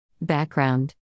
Background